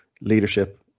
leadership